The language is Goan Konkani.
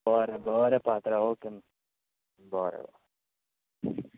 बरें बरें पात्रांव ओके